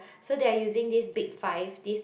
so they're using these big five these